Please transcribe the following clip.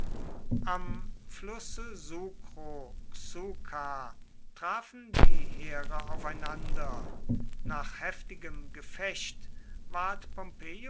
am flusse sucro xucar trafen die heere aufeinander nach heftigem gefecht ward